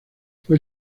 fue